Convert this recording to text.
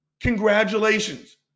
Congratulations